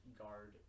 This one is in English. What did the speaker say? guard